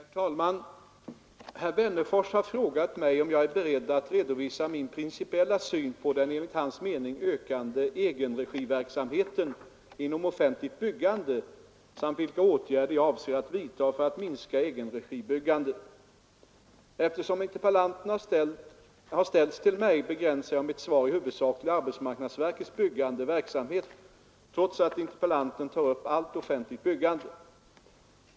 Herr talman! Herr Wennerfors har frågat mig om jag är beredd att redovisa min principiella syn på den enligt hans mening ökande egenregiverksamheten inom offentligt byggande samt vilka åtgärder jag avser att vidta för att minska egenregibyggandet. Eftersom interpellationen har ställts till mig begränsar jag mitt svar i huvudsak till arbetsmarknadsverkets byggande verksamhet trots att interpellanten tar upp allt offentligt byggande.